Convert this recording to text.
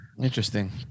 Interesting